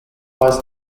was